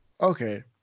Okay